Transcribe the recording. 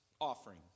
offering